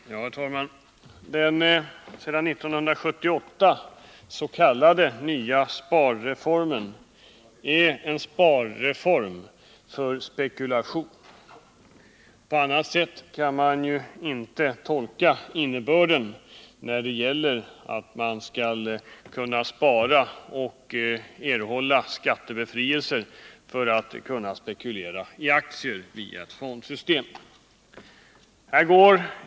Herr talman! Den sedan 1978 införda s.k. nya sparformen är en sparform för spekulation. På annat sätt kan man inte tolka den, då innebörden är att man skall kunna spara och erhålla skattebefrielser för att via ett fondsystem kunna spekulera i aktier.